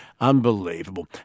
Unbelievable